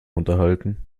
unterhalten